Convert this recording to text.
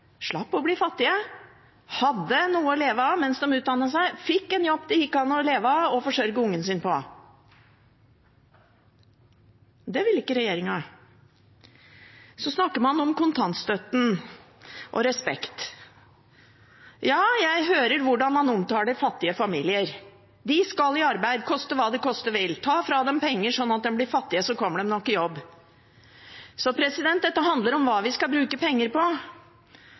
slapp å bli fattige, hadde noe å leve av mens de utdannet seg, og fikk en jobb det gikk an å leve av og forsørge ungen sin på. Det ville ikke regjeringen. Så snakker man om kontantstøtten og respekt. Ja, jeg hører hvordan man omtaler fattige familier. De skal i arbeid, koste hva det koste vil. Ta fra dem penger sånn at de blir fattige, så kommer de nok i jobb. Dette handler om hva vi skal bruke penger på.